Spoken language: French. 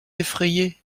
effrayé